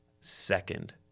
Second